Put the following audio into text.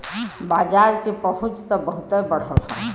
बाजार के पहुंच त बहुते बढ़ल हौ